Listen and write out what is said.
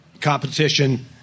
competition